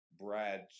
Brad